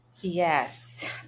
Yes